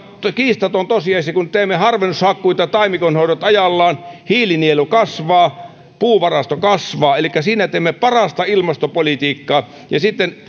kiistaton tosiasia että kun teemme harvennushakkuut ja taimikonhoidot ajallaan niin hiilinielu kasvaa ja puuvarasto kasvaa elikkä siinä teemme parasta ilmastopolitiikkaa ja sitten